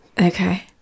Okay